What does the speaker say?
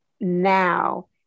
now